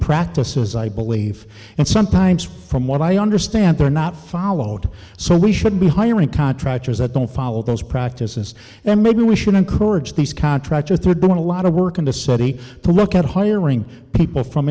practices i believe and sometimes from what i understand they're not followed so we should be hiring contractors that don't follow those practices and maybe we should encourage these contractors there been a lot of work and a study to look at hiring people from